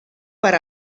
per